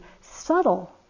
subtle